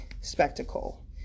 spectacle